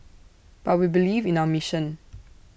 but we believe in our mission